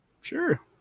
sure